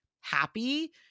happy